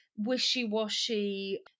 wishy-washy